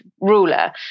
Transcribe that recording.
ruler